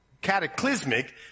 cataclysmic